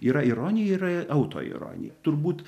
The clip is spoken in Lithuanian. yra ironija yra autoironija turbūt